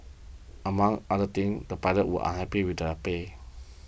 among other things the pilots were unhappy with their pay